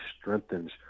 strengthens